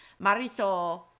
Marisol